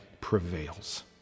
prevails